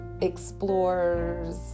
explores